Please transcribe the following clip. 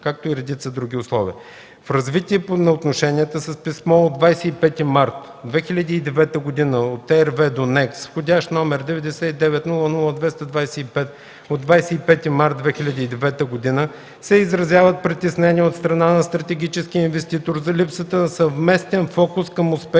както и редица други условия. В развитие на отношенията с писмо от 25 март 2009 г. от РВЕ до НЕК с вх. № 99-00-225 от 25 март 2009 г. се изразяват притеснения от страна на стратегическия инвеститор за липсата на съвместен фокус към успеха